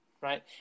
right